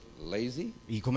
Lazy